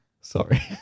Sorry